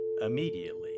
immediately